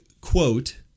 quote